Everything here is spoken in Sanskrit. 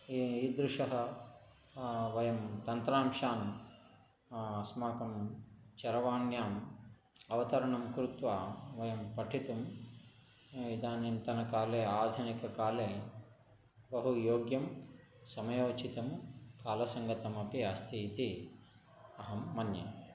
ई ईदृशः वयं तन्त्रांशान् अस्माकं चरवाण्याम् अवतरणं कृत्वा वयं पठितुम् इदानीन्तनकाले आधुनिककाले बहु योग्यं समयोजितं कालसङ्गतम् अपि अस्ति इति अहं मन्ये